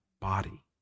body